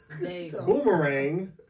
boomerang